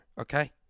Okay